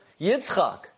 Yitzchak